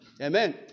Amen